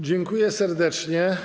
Dziękuję serdecznie.